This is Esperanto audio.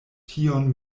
tion